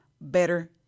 better